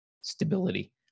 stability